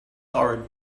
are